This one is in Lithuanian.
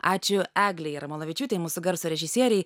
ačiū eglei jarmalavičiūtei mūsų garso režisierei